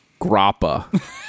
Grappa